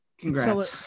Congrats